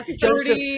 Joseph